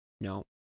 No